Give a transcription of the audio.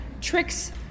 tricks